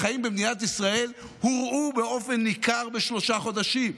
החיים במדינת ישראל הורעו באופן ניכר בשלושה חודשים.